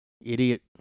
Idiot